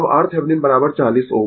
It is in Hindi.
अब RThevenin 40 Ω